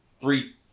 Three